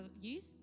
youth